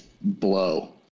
blow